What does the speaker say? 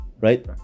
right